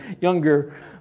younger